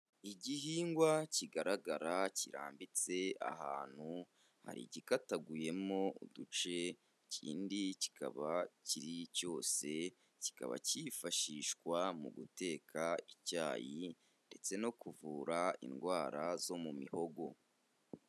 Igihingwa kigaragara kirambitse ahantu, hari igikataguyemo uduce, ikindi kikaba kikiri cyose, kikaba cyifashishwa mu guteka icyayi ndetse no kuvura indwara zo mu mihogo.